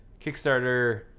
Kickstarter